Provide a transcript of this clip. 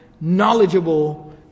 knowledgeable